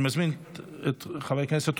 אני מזמין את חבר הכנסת.